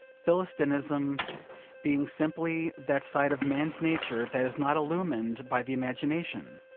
philistinism being simply that side of man's nature that is not illumined by the imagination.